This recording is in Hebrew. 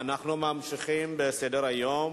אנחנו ממשיכים בסדר-היום.